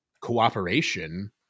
cooperation